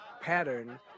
pattern